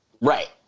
Right